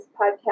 podcast